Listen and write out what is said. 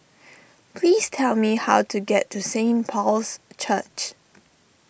please tell me how to get to Saint Paul's Church